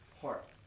heart